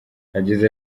yagize